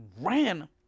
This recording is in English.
ran